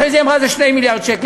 אחרי זה היא אמרה שזה 2 מיליארד שקל.